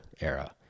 era